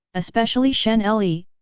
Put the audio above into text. especially shen le,